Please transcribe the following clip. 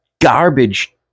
garbage